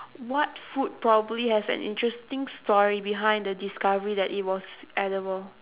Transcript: what food probably has an interesting story behind the discovery that it was edible